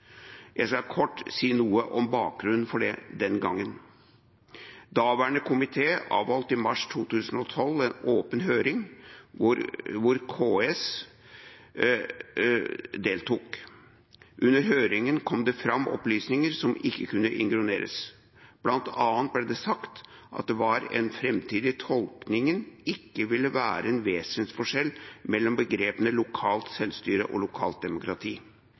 Jeg skal kort si noe om bakgrunnen for det. Daværende komité avholdt i mars 2012 en åpen høring hvor KS deltok. Under høringen kom det fram opplysninger som ikke kunne ignoreres. Blant annet ble det sagt at det ved en framtidig tolkning ikke ville være en vesensforskjell mellom begrepene «lokalt selvstyre» og «lokalt demokrati».